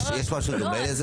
יש משהו דומה לזה?